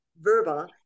verbal